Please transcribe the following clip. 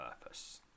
purpose